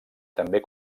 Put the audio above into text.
també